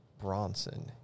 Bronson